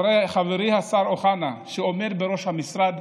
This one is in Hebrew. חברי השר אוחנה, שעומד בראש המשרד,